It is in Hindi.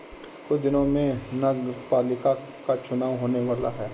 कुछ दिनों में नगरपालिका का चुनाव होने वाला है